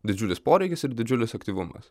didžiulis poreikis ir didžiulis aktyvumas